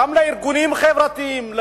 גם לארגונים חברתיים,